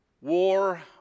War